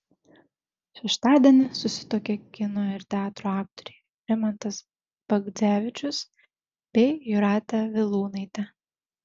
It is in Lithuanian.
šeštadienį susituokė kino ir teatro aktoriai rimantas bagdzevičius bei jūratė vilūnaitė